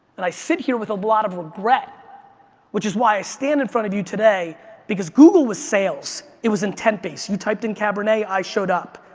and i sit here with a lot of regret which is why i stand in front of you today because google was sales, it was intent-based. you typed in cabernet, i showed up.